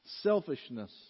Selfishness